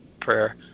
prayer